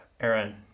Aaron